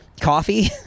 coffee